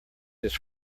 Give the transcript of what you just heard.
his